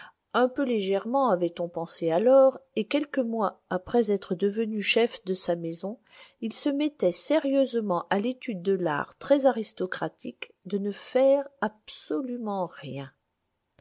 un peu légèrement avait-on pensé alors et quelques mois après être devenu chef de sa maison il se mettait sérieusement à l'étude de l'art très aristocratique de ne faire absolument rien